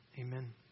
Amen